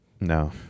No